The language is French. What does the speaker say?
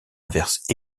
inverse